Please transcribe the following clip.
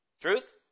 Truth